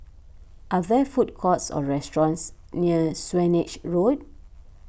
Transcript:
are there food courts or restaurants near Swanage Road